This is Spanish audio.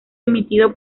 emitido